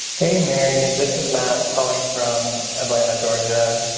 hey, mary, this is matt calling from atlanta, georgia,